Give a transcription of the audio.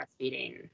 breastfeeding